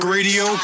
Radio